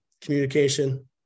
communication